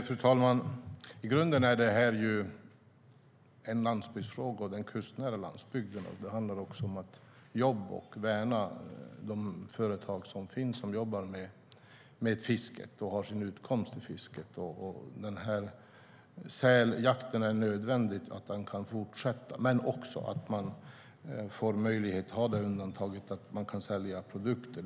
Fru talman! I grunden är detta en landsbygdsfråga i den kustnära landsbygden. Det handlar också om jobb och att värna de företag som finns som jobbar med fisket och de människor som har sin utkomst i fisket. Det är nödvändigt att säljakten kan fortsätta men också att man kan ha det undantaget att man kan sälja produkter.